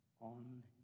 on